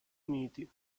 uniti